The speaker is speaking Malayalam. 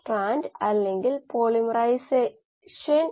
കാരണം കുമിളകൾ തടസ്സപ്പെടുത്തും